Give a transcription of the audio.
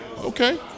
Okay